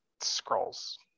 scrolls